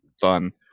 fun